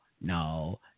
no